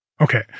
Okay